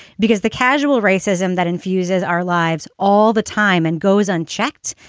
because the casual racism that infuses our lives all the time and goes unchecked,